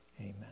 amen